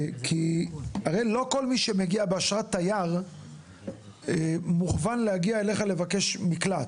כי הרי לא כל מי שמגיע באשרת תייר מוכוון להגיע אליך לבקש מקלט.